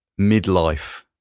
midlife